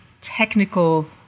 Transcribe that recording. technical